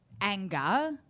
anger